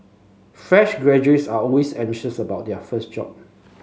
fresh graduates are always anxious about their first job